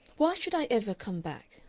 why should i ever come back?